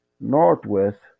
Northwest